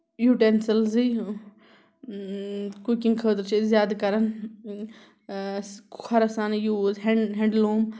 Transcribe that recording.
یُٹنسلزٕے cooking خٲطرٕ چھِ أسۍ زیادٕ کران کھۄرٕ سانٕے یوٗز ہینڈلوٗم